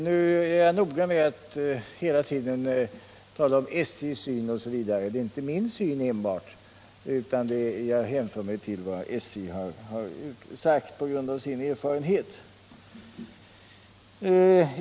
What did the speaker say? Nu är jag noga med att hela tiden tala om SJ:s syn, därför att det är inte min syn enbart, utan jag hänför mig till vad SJ har sagt på grund av sin erfarenhet.